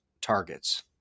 targets